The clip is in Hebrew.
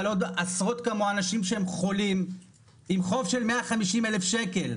אבל עוד עשרות כמוה אנשים שהם חולים עם חוב של 150,000 שקל?